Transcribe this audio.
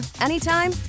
anytime